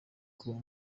kuba